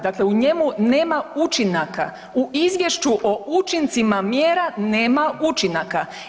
Dakle, u njemu nema učinaka, u izvješću o učincima mjera nema učinaka.